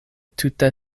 tute